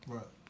Right